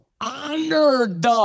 honored